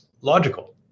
logical